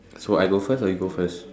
so I go first or you go first